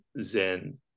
Zen